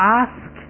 ask